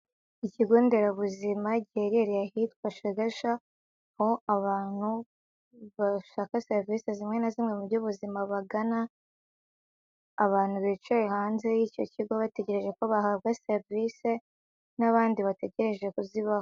Ikigo nderabuzima giherereye ahitwa shegasha, aho abantu bashaka serivisi zimwe na zimwe mu by'ubuzima bagana, abantu bicaye hanze y'icyo kigo bategereje ko bahabwa serivisi n'abandi bategereje kuzibaha.